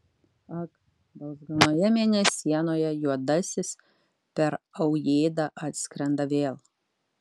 ak balzganoje mėnesienoje juodasis per aujėdą atskrenda vėl